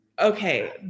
okay